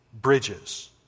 bridges